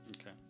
Okay